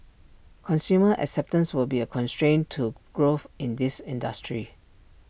consumer acceptance will be A constraint to growth in this industry